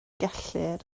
gellir